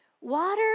Water